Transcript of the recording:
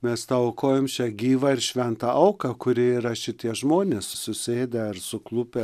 mes tau aukojam šią gyvą ir šventą auką kuri yra šitie žmonės susėdę ar suklupę